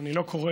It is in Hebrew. אני לא קורא,